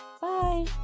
Bye